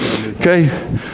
Okay